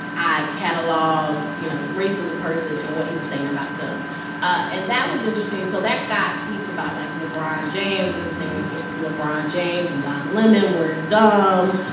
i catalogued, you know, the race of the person and what he was saying about them and that was interesting. so that got tweets about, like, lebron james when he was saying lebron james and don lemon were dumb.